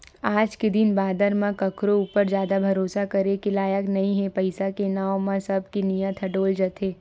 आज के दिन बादर म कखरो ऊपर जादा भरोसा करे के लायक नइ हे पइसा के नांव म सब के नियत ह डोल जाथे